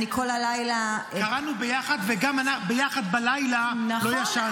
אני כל הלילה --- קראנו ביחד וגם ביחד בלילה לא ישנו.